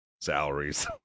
salaries